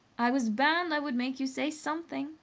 i was bound i would make you say something,